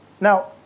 Now